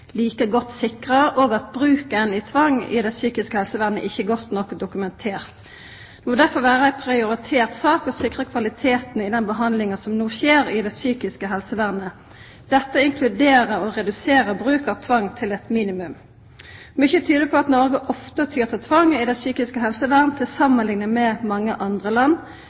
like godt sikra, og at bruken av tvang i det psykiske helsevernet ikkje er godt nok dokumentert. Det må derfor vera ei prioritert sak å sikra kvaliteten i den behandlinga som no skjer i det psykiske helsevernet. Dette inkluderer å redusera bruken av tvang til eit minimum. Mykje tyder på at Noreg ofte tyr til tvang i det psykiske helsevernet, samanlikna med andre land.